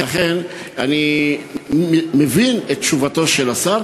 לכן, אני מבין את תשובתו של השר,